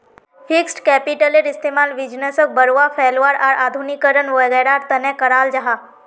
fixed कैपिटलेर इस्तेमाल बिज़नेसोक बढ़ावा, फैलावार आर आधुनिकीकरण वागैरहर तने कराल जाहा